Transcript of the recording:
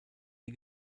die